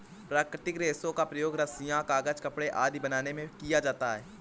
प्राकृतिक रेशों का प्रयोग रस्सियॉँ, कागज़, कपड़े आदि बनाने में किया जाता है